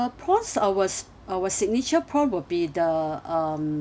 prawns our our signature prawn will be the um